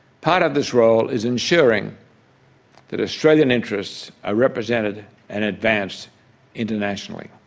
part of this role is ensuring that australian interests are represented and advanced internationally.